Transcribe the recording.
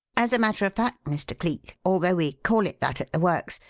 as a matter of fact, mr. cleek, although we call it that at the works,